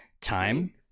time